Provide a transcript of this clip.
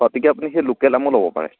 গতিকে আপুনি সেই লোকেল আমো ল'ব পাৰে